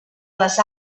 les